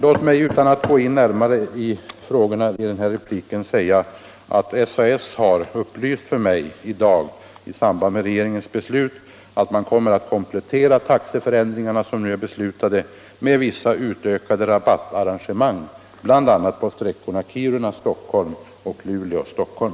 Låt mig vidare säga att SAS i dag i samband med regeringens beslut har upplyst mig om att man kommer att komplettera de nu beslutade taxeförändringarna med vissa utökade rabattarrangemang bl.a. på sträckorna Kiruna-Stockholm och Luleå-Stockholm.